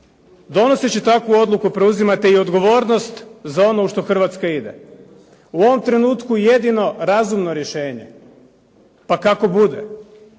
Donoseći takvu odluku preuzimate i odgovornost za ono u što Hrvatska ide. U ovom trenutku jedino razumno rješenje pa kako bude